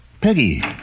Peggy